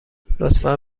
لطفا